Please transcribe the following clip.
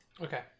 Okay